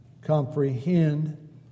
comprehend